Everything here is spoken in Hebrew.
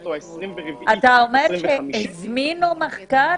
בשעתו ה-24 במשמרת --- אתה אומר שהם הזמינו מחקר?